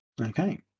okay